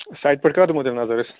سَایٹہِ پٮ۪ٹھ کر دِمو تیٚلہِ نظر أسۍ